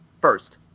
first